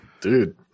Dude